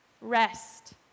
rest